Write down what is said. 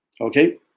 Okay